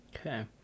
Okay